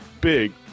big